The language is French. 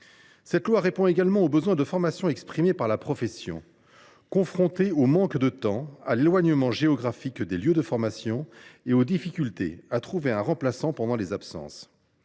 Ce texte répond également aux besoins de formation exprimés par la profession, confrontée au manque de temps, à l’éloignement géographique des lieux de formation et aux difficultés à trouver un remplaçant pendant les absences.